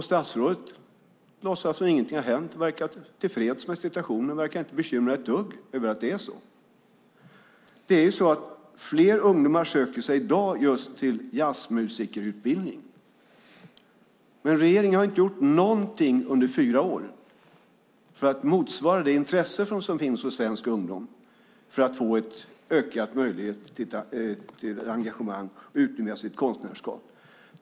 Statsrådet låtsas som om ingenting har hänt och verkar vara tillfreds med situationen. Hon verkar inte vara ett dugg bekymrad över att det är så. Fler ungdomar söker sig i dag just till jazzmusikerutbildningen, men regeringen har inte gjort någonting under fyra år för att motsvara det intresse som finns hos svensk ungdom för att få en ökad möjlighet till engagemang och att utöva sitt konstnärskap.